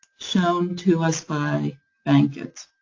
shown to us by bankit.